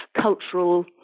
cultural